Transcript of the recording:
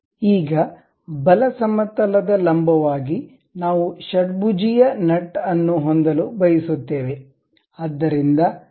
ಈಗ ಬಲ ಸಮತಲದ ಲಂಬವಾಗಿ ನಾವು ಷಡ್ಭುಜೀಯ ನಟ್ ಅನ್ನು ಹೊಂದಲು ಬಯಸುತ್ತೇವೆ